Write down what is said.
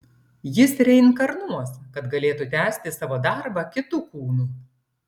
jis reinkarnuos kad galėtų tęsti savo darbą kitu kūnu